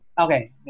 Okay